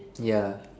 ya